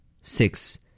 Six